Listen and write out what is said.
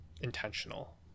intentional